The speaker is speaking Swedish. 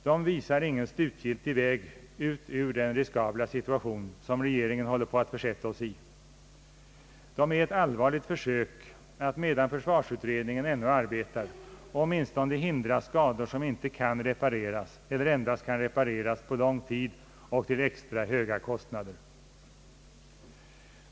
De visar ingen slutgiltig väg ut ur den riskabla situation som regeringen håller på att försätta oss i. De är ett allvarligt försök att medan försvarsutredningen ännu arbetar åtminstone hindra skador som inte kan repareras eller endast kan repareras på lång tid och till extra höga kostnader.